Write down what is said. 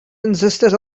insisted